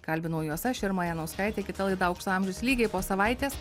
kalbinau juos aš irma janauskaitė kita laida aukso amžius lygiai po savaitės